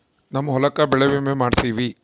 ನಮ್ ಹೊಲಕ ಬೆಳೆ ವಿಮೆ ಮಾಡ್ಸೇವಿ